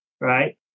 right